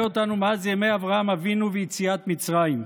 אותנו מאז ימי אברהם אבינו ויציאת מצרים.